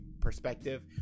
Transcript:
perspective